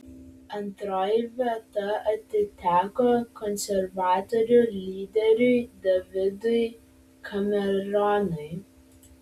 antroji vieta atiteko konservatorių lyderiui davidui cameronui